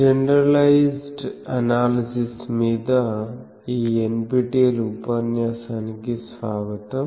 generalized analysis మీద ఈ nptel ఉపన్యాసానికి స్వాగతం